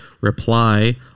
reply